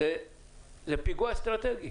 זה פיגוע אסטרטגי